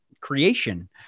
creation